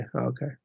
okay